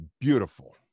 beautiful